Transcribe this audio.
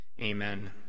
Amen